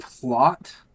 plot